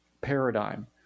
paradigm